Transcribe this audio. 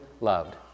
loved